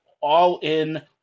all-in